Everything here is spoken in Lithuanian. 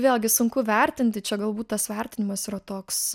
vėlgi sunku vertinti čia galbūt tas vertinimas yra toks